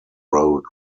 road